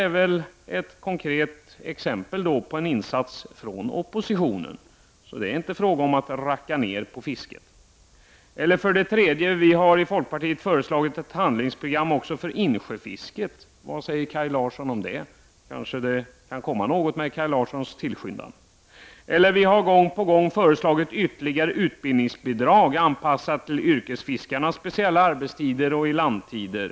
Det är ett konkret exempel på en insats från oppositionen. Det är inte fråga om att ”racka ner” på fisket. Vidare har vi i folkpartiet föreslagit ett handlingsprogram för insjöfisket. Vad säger Kaj Larsson om det? Kanske det kan bli något med Kaj Larssons tillskyndan. Folkpartiet har gång på gång föreslagit ytterligare bidrag till utbildning anpassad till yrkesfiskarnas speciella arbetstider och ilandtider.